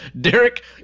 Derek